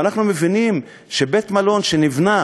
ואנחנו מבינים שבית-מלון שנבנה,